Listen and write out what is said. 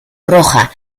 roja